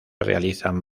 realizan